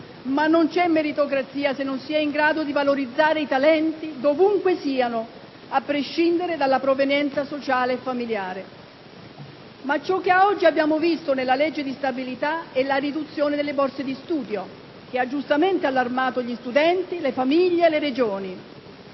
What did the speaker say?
ma non c'è meritocrazia se non si è in grado di valorizzare i talenti, ovunque siano, a prescindere dalla provenienza sociale e familiare. Ciò che ad oggi abbiamo visto nella legge di stabilità è la riduzione delle borse di studio, che ha giustamente allarmato gli studenti, le famiglie e le Regioni.